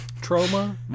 Trauma